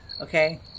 Okay